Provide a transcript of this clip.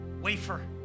wafer